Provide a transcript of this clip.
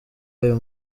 ayo